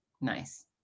Nice